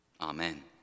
Amen